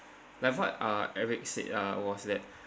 like what uh eric said lah was that